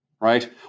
right